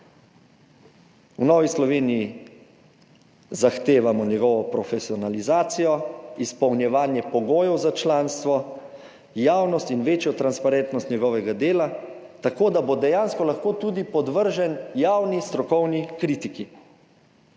V Novi Sloveniji zahtevamo njegovo profesionalizacijo, izpolnjevanje pogojev za članstvo, javnost in večjo transparentnost njegovega dela, tako da bo dejansko lahko tudi podvržen javni strokovni kritiki.